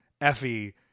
Effie